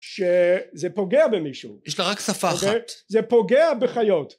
שזה פוגע במישהו יש לה רק שפה אחת זה פוגע בחיות